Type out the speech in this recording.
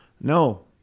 No